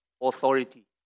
authority